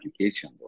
application